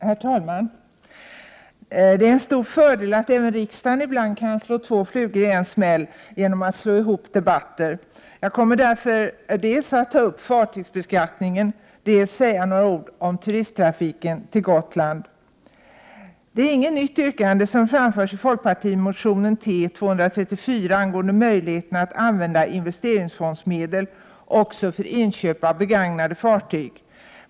Herr talman! Det är en stor fördel att även riksdagen ibland kan slå två flugor i en smäll genom att slå ihop debatter. Jag kommer därför dels att ta upp fartygsbeskattningen, dels säga några ord om turisttrafiken till Gotland. Det är inget nytt yrkande som framförs i folkpartimotionen T234 angående möjligheten att använda investeringsfondsmedel också för inköp av begagnade fartyg.